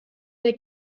der